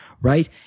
right